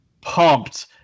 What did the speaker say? pumped